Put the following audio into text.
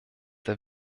der